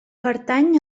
pertany